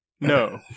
No